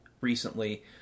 recently